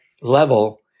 level